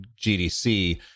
GDC